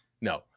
no